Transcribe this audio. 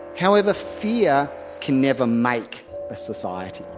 however fear can never make a society.